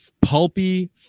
pulpy